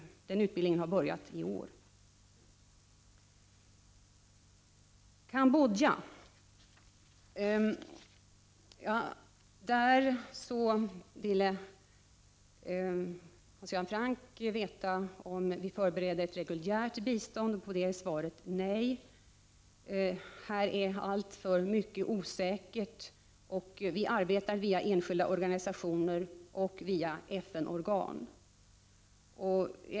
Den utbildningen har börjat i år. stånd till Cambodja. Svaret på den frågan är nej. Alltför mycket är osäkert, och Sverige arbetar här via enskilda organisationer och FN-organ.